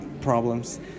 problems